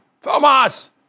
Thomas